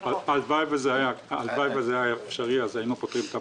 הלוואי והיה אפשרי, זה היה פותר את הבעיה.